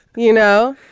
you know?